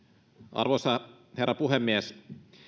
arvoisa herra puhemies